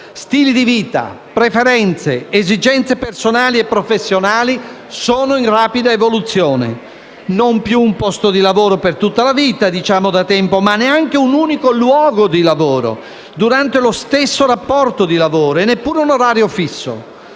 Stili di vita, preferenze, esigenze personali e professionali sono in rapida evoluzione. Non più un posto di lavoro per tutta la vita, come diciamo da tempo, ma neanche un unico luogo di lavoro durante lo stesso rapporto di lavoro e neppure un orario fisso.